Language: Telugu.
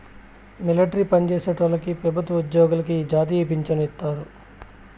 మిలట్రీ పన్జేసేటోల్లకి పెబుత్వ ఉజ్జోగులకి ఈ జాతీయ పించను ఇత్తారు